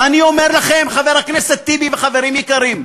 ואני אומר לכם, חבר הכנסת טיבי וחברים יקרים,